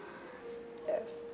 uh